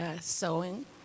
sewing